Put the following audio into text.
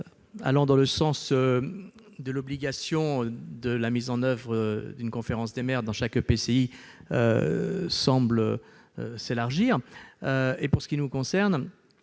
allant dans le sens de l'obligation de la création d'une conférence des maires dans chaque EPCI semble grandir. Pour ce qui nous concerne,